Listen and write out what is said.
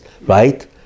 right